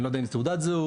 אני לא יודע אם תעודת זהות,